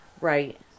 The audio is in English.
Right